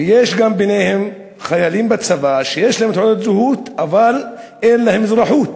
ויש ביניהם גם חיילים בצבא שיש להם תעודת זהות אבל אין להם אזרחות.